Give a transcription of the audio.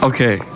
Okay